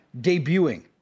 debuting